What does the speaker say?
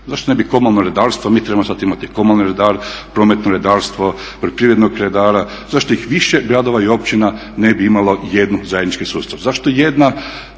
Zašto ne bi komunalno redarstvo, mi trebamo sad imati komunalni redar, prometno redarstvo, poljoprivrednog redara. Zašto ih više gradova i općina ne bi imalo jednu zajednički sustav, zašto jedna